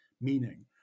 meaning